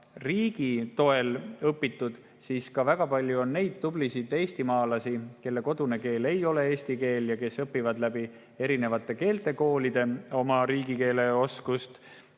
riigi toel õpitud. Väga palju on ka neid tublisid eestimaalasi, kelle kodune keel ei ole eesti keel ja kes [täiendavad] keeltekoolides oma riigikeele oskust.